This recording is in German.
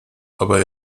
aber